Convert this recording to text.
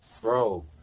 bro